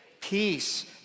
Peace